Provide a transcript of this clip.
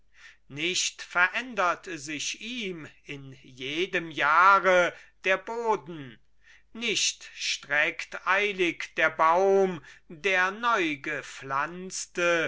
nicht verändert sich ihm in jedem jahre der boden nicht streckt eilig der baum der neugepflanzte